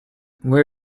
where